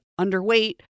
underweight